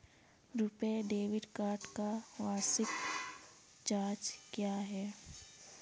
RuPay debit card का वार्षिक charge क्या है?